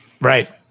Right